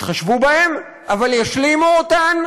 יתחשבו בהן, אבל ישלימו אותן,